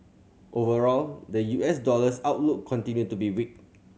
overall the U S dollar's outlook continued to be weak